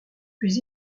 puis